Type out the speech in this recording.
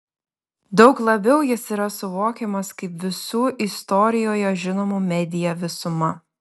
daug labiau jis yra suvokiamas kaip visų istorijoje žinomų media visuma